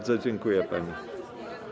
Dziękuję pani.